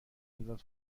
ازت